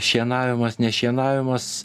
šienavimas nešienavimas